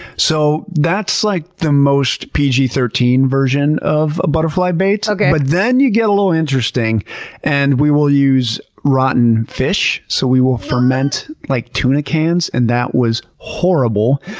so, that's like the most pg thirteen version of a butterfly bait. so but then you get a little interesting and we will use rotten fish. so we will ferment like tuna cans, and that was horrible.